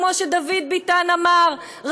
כמו שדוד ביטן אמר,